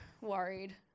worried